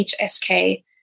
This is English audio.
HSK